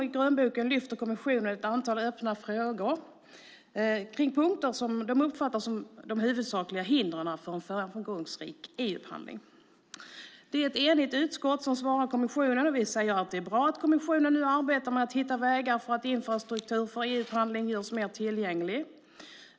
I grönboken lyfter kommissionen upp ett antal öppna frågor om punkter som man uppfattar som de huvudsakliga hindren för en framgångsrik e-upphandling. Ett enigt utskott svarar kommissionen. Vi säger att det är bra att kommissionen nu arbetar med att hitta vägar så att infrastruktur för e-upphandling görs mer tillgänglig.